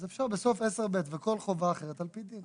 אז אפשר בסוף 10(ב) "וכל חובה אחרת על פי דין".